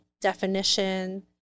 definition